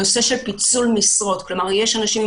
הנושא של פיצול משרות יש אנשים עם